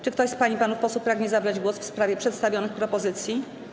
Czy ktoś z pań i panów posłów pragnie zabrać głos w sprawie przedstawionych propozycji?